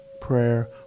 prayer